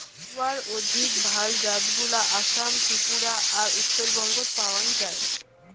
গুয়ার অধিক ভাল জাতগুলা আসাম, ত্রিপুরা আর উত্তরবঙ্গত পাওয়াং যাই